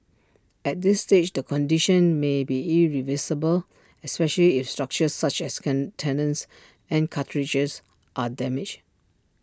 at this stage the condition may be irreversible especially if structures such as con tendons and are damaged